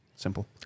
Simple